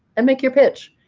and make your pitch.